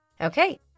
Okay